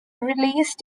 released